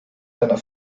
seiner